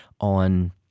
on